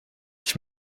ich